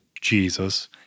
Jesus